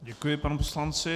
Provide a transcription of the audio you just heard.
Děkuji panu poslanci.